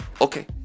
Okay